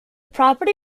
property